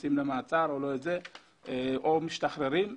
נכנסים למעצר או משתחררים מהמעצר.